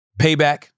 payback